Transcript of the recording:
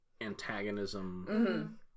antagonism